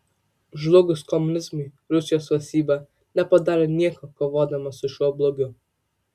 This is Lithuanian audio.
žlugus komunizmui rusijos valstybė nepadarė nieko kovodama su šiuo blogiu